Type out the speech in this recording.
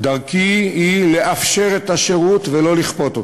דרכי היא לאפשר את השירות, ולא לכפות אותו.